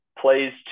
plays